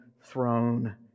throne